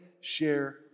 share